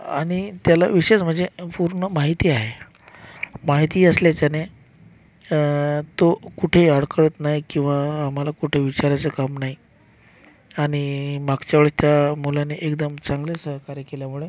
आणि त्याला विशेष म्हणजे पूर्ण माहिती आहे माहिती असल्याच्याने तो कुठे अडखळत नाही किंवा आम्हाला कुठे विचारायचं काम नाही आणि मागच्या वेळेस त्या मुलाने एकदम चांगलं सहकार्य केल्यामुळे